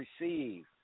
receive